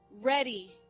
ready